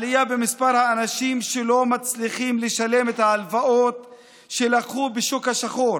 עלייה במספר האנשים שלא מצליחים לשלם את ההלוואות שלקחו בשוק השחור,